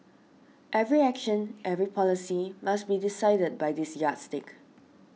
every action every policy must be decided by this yardstick